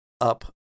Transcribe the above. up